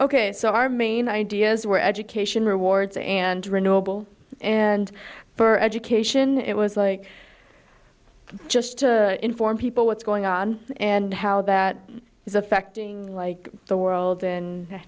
ok so our main ideas were education rewards and renewable and for education it was like just to inform people what's going on and how that is affecting like the world and